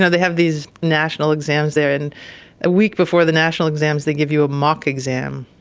ah they have these national exams there, and a week before the national exams they give you a mock exam,